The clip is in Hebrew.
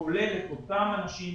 כולל את אותם אנשים